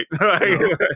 right